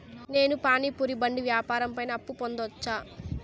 నేను పానీ పూరి బండి వ్యాపారం పైన అప్పు పొందవచ్చా?